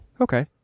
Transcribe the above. Okay